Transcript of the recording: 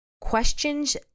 Questions